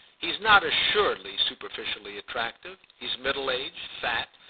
he's not, assuredly, superficially attractive he's middle-aged, fat,